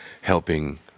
helping